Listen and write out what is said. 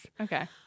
Okay